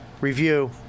review